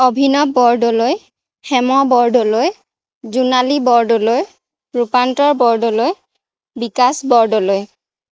Abhinav Bordoloi Hem Bordoloi Jonali Bordoloi Rupantar Bordoloi Bikash Bordoloi